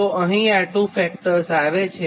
અને અહીં આ 2 ફેક્ટર્સ આવે છે